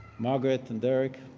margaret and derick,